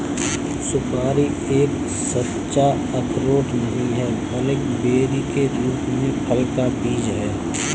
सुपारी एक सच्चा अखरोट नहीं है, बल्कि बेरी के रूप में फल का बीज है